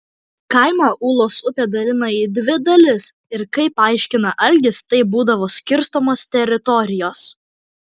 kaimą ūlos upė dalina į dvi dalis ir kaip paaiškina algis taip būdavo skirstomos teritorijos